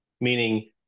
meaning